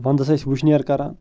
وندس ٲسۍ وٕشنیر کَران